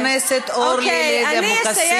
חברת הכנסת אורלי לוי אבקסיס.